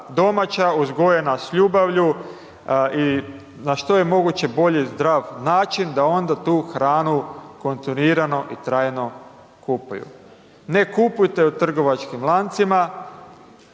uzgojena s ljubavlju i na što je moguće bolje zdrav način, da onda tu hranu, kontinuirano i trajno kupuju. Ne kupujte u trgovačkim lancima,